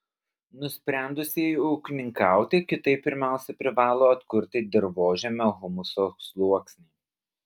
nusprendusieji ūkininkauti kitaip pirmiausia privalo atkurti dirvožemio humuso sluoksnį